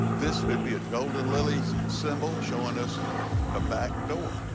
this could be a golden lily symbol showing us a back door.